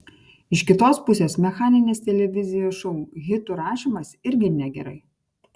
iš kitos pusės mechaninis televizijos šou hitų rašymas irgi negerai